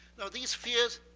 now, these fears